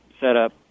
setup